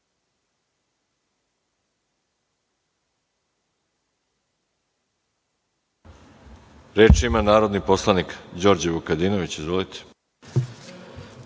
repliku, narodni poslanik Đorđe Vukadinović. Izvolite.